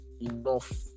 enough